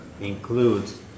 includes